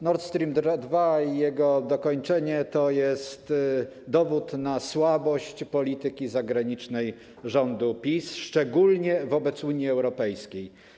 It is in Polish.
Nord Stream 2 i jego dokończenie to jest dowód na słabość polityki zagranicznej rządu PiS, szczególnie wobec Unii Europejskiej.